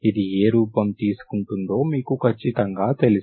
ఇది ఏ రూపం తీసుకుంటుందో మీకు ఖచ్చితంగా తెలుసు